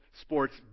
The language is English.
sports